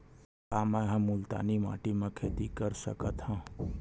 का मै ह मुल्तानी माटी म खेती कर सकथव?